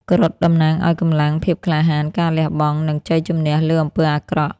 គ្រុឌតំណាងឱ្យកម្លាំង ភាពក្លាហាន ការលះបង់ និងជ័យជំនះលើអំពើអាក្រក់។